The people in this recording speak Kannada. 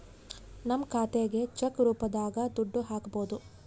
ನಮ್ ಖಾತೆಗೆ ಚೆಕ್ ರೂಪದಾಗ ದುಡ್ಡು ಹಕ್ಬೋದು